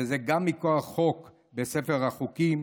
וזה גם מכוח חוק בספר החוקים,